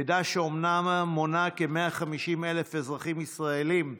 עדה שאומנם מונה כ-150,000 אזרחים ישראלים בלבד,